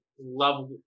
love